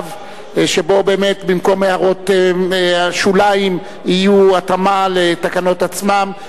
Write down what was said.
משולב שבו באמת במקום הערות השוליים תהיה התאמה בתקנות עצמן,